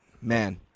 man